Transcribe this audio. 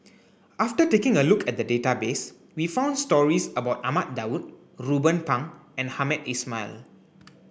after taking a look at the database we found stories about Ahmad Daud Ruben Pang and Hamed Ismail